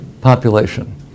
population